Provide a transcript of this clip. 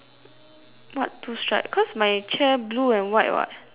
what two stripe because my chair blue and white [what]